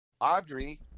Audrey